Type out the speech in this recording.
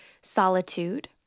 solitude